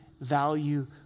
value